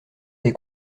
tes